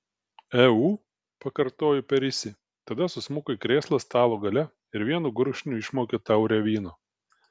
eu pakartojo perisi tada susmuko į krėslą stalo gale ir vienu gurkšniu išmaukė taurę vyno